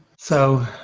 so